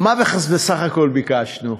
מה בסך הכול ביקשנו?